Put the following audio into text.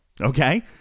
okay